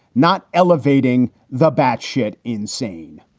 not elevating the bat shit insane